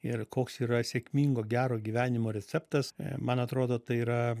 ir koks yra sėkmingo gero gyvenimo receptas man atrodo tai yra